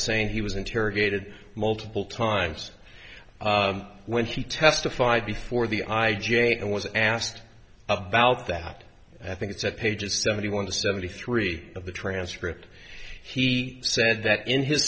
saying he was interrogated multiple times when he testified before the i j a and was asked about that i think it's at page seventy one seventy three of the transcript he said that in his